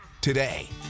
today